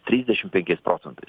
trisdešim penkiais procentais